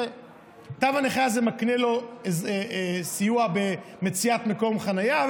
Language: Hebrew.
תו הנכה הזה מקנה לו סיוע במציאת מקום חניה,